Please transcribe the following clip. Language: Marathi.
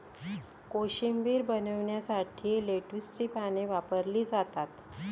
कोशिंबीर बनवण्यासाठी लेट्युसची पाने वापरली जातात